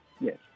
Yes